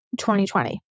2020